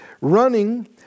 Running